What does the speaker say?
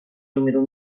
número